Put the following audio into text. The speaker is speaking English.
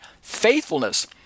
faithfulness